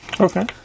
Okay